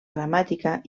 gramàtica